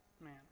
man